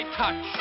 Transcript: touch